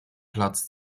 platz